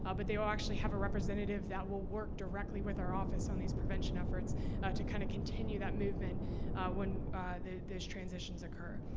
ah but they will actually have a representative that will work directly with our office on these prevention efforts to, kind of, continue that movement when those transitions occur.